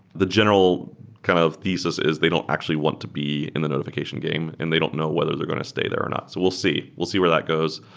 the general kind of thesis is they don't actually want to be in the notification game and they don't know whether they're going to stay there or not. so we'll see. we'll see where that goes.